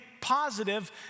positive